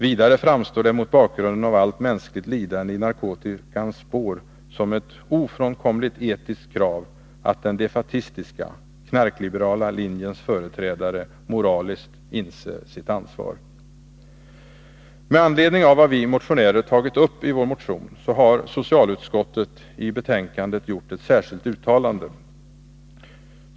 Vidare framstår det mot bakgrund av allt mänskligt lidande i narkotikans spår som ett ofrånkomligt etiskt krav att den defaitistiska — knarkliberala — linjens företrädare moraliskt inser sitt ansvar. Men anledning av vad vi motionärer har tagit upp i vår motion, har socialutskottet i betänkandet gjort ett särskilt uttalande.